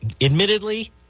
Admittedly